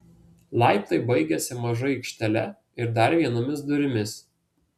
laiptai baigiasi maža aikštele ir dar vienomis durimis